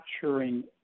capturing